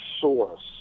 source